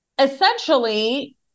essentially